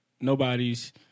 nobody's